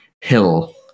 hill